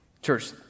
Church